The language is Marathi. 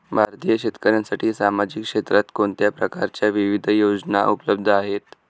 भारतीय शेतकऱ्यांसाठी सामाजिक क्षेत्रात कोणत्या प्रकारच्या विविध योजना उपलब्ध आहेत?